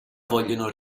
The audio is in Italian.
vogliono